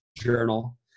journal